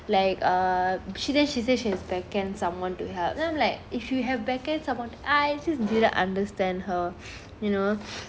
like err she then she say she has back end someone to help then I'm like if you have back end someone I just didn't understand her you know